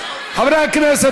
חברי הכנסת,